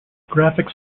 graphics